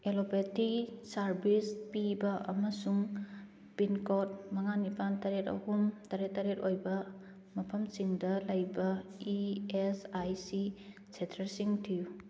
allopathy service ꯄꯤꯕ ꯑꯃꯁꯨꯡ pin code ꯃꯉꯥ ꯅꯤꯄꯥꯜ ꯇꯔꯦꯠ ꯑꯍꯨꯝ ꯇꯔꯦꯠ ꯇꯔꯦꯠ ꯑꯣꯏꯕ ꯃꯐꯝꯁꯤꯡꯗ ꯂꯩꯕ ꯏ ꯑꯦꯁ ꯑꯥꯏ ꯁꯤ ꯁꯦꯇ꯭ꯔꯁꯤꯡ ꯊꯤꯌꯨ